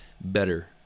better